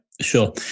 sure